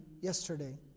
yesterday